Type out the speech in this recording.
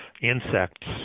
insects